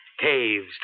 Caves